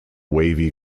wavy